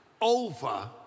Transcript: over